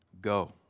Go